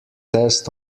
test